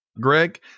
Greg